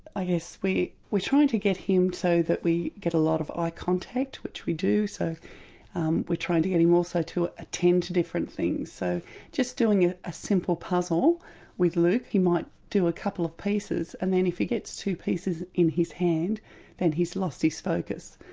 i guess we are trying to get him so that we get a lot of eye contact, which we do. so um we're trying to get him also to attend to different things so just doing ah a simple puzzle with luke, he might do a couple of pieces and then if he gets two pieces in his hand then he's lost his focus.